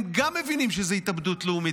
גם הם מבינים היום שזו התאבדות לאומית.